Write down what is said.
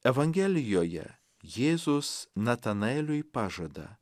evangelijoje jėzus natanaeliui pažada